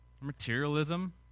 materialism